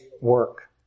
work